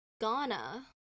ghana